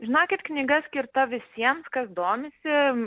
žinokit knyga skirta visiems kas domisi